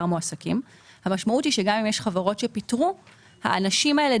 המועסקים המשמעות היא שגם אם יש חברות שפיטרו האנשים האלה